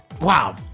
wow